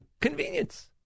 convenience